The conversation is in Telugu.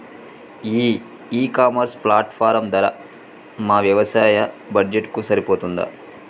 ఈ ఇ కామర్స్ ప్లాట్ఫారం ధర మా వ్యవసాయ బడ్జెట్ కు సరిపోతుందా?